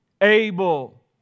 Abel